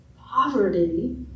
poverty